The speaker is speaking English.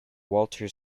walter